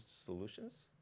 solutions